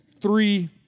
three